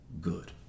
good